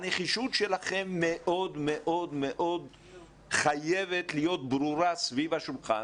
הנחישות שלכם מאוד מאוד חייבת להיות ברורה סביב השולחן,